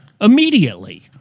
immediately